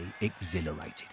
exhilarated